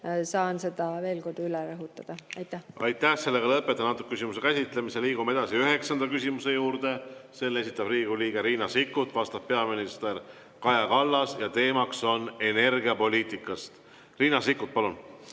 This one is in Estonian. Saan seda veel kord üle rõhutada. Aitäh! Lõpetan selle küsimuse käsitlemise. Liigume üheksanda küsimuse juurde. Selle esitab Riigikogu liige Riina Sikkut, vastab peaminister Kaja Kallas ja teema on energiapoliitika. Riina Sikkut, palun!